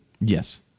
Yes